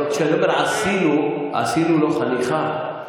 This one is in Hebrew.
אבל כשאני אומר: עשינו לו חניכה,